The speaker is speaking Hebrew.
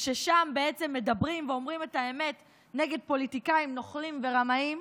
ששם בעצם מדברים ואומרים את האמת נגד פוליטיקאים נוכלים ורמאים,